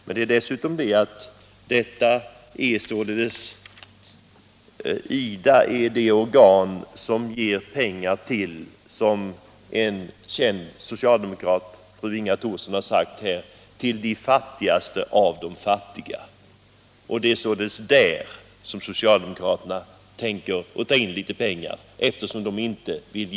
Men dessutom är IDA det organ som ger pengar — som en känd socialdemokrat, fru Inga Thorsson, sagt — till de fattigaste bland de fattiga. Eftersom socialdemokraterna inte vill ge högre anslag, är det således här som de vill ta in pengar.